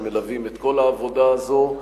שמלווים את כל העבודה הזאת.